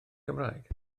cymraeg